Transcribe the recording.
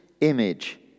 image